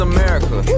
America